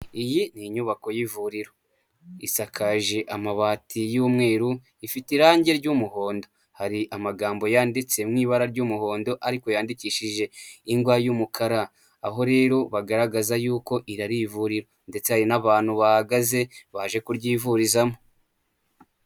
Iyi ni inyubako y'ivuriro isakaje amabati y'umweru ifite irangi ry'umuhondo, hari amagambo yanditse mu ibara ry'umuhondo amagambo ariko yandikishije ingwa y'umukara, aho rero bagaragaza yuko iri ari ivuriro ndetse hari n'abantu bahahagaze baje kuryivurizamo.